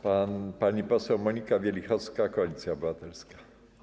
Pani poseł Monika Wielichowska, Koalicja Obywatelska.